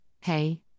hey